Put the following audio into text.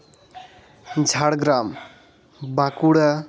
Jhargram Bankura